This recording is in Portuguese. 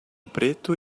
preto